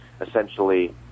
essentially